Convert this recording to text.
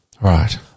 Right